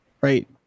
right